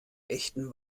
echten